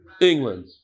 England